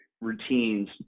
routines